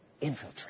infiltrate